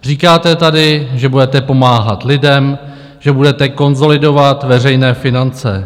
Říkáte tady, že budete pomáhat lidem, že budete konsolidovat veřejné finance.